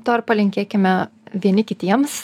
to ir palinkėkime vieni kitiems